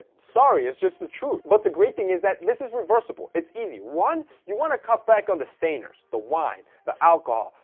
ah sorry it's just the truth. but the great thing is that this is reversible, it's easy. one you want to cut back on the stainers, the wine, the alcohol,